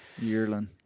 Yearling